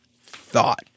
thought